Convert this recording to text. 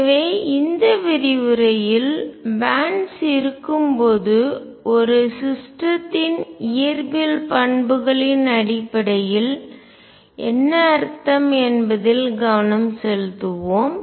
எனவே இந்த விரிவுரையில் எனர்ஜிஆற்றல் பேன்ட்ஸ் பட்டைகள் இருக்கும்போது ஒரு சிஸ்டத்தின் அமைப்பின் இயற்பியல் பண்புகளின் அடிப்படையில் என்ன அர்த்தம் என்பதில் கவனம் செலுத்துவோம்